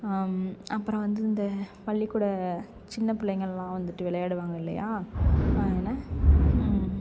அப்புறம் வந்து இந்த பள்ளிக்கூட சின்ன பிள்ளைங்கள்லாம் வந்துட்டு விளையாடுவாங்க இல்லையா அதில்